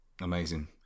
Amazing